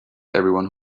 everyone